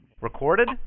Recorded